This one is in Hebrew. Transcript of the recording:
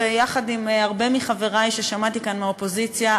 יחד עם הרבה מחברי ששמעתי כאן מהאופוזיציה,